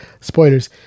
spoilers